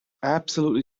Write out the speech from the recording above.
absolutely